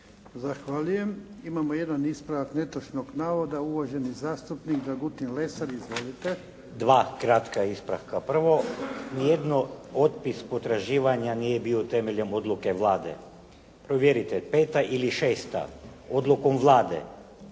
Zahvaljujem. Imamo jedan ispravak netočnog navoda uvaženi zastupnik Dragutin Lesar. Izvolite. **Lesar, Dragutin (Nezavisni)** Dva kratka ispravka. Prvo nijedno otpis potraživanja nije bio temeljem odluke Vlade. Provjerite, peta ili šesta odlukom Vlade.